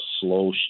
slow